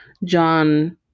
John